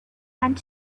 and